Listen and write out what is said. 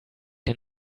den